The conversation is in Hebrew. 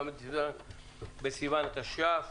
ל' בסיון התש"ף.